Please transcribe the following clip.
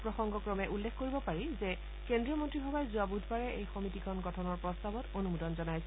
প্ৰসঙ্গক্ৰমে উল্লেখ কৰিব পাৰি যে কেন্দ্ৰীয় মন্ত্ৰীসভাই যোৱা বুধবাৰে এই সমিতিখন গঠনৰ প্ৰস্তাৱত অনুমোদন জনাইছিল